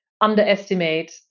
underestimate